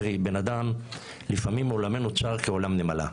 לפעמים עולמנו צר כעולם נמלה,